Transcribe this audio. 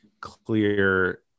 clear